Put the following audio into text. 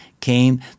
came